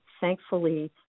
thankfully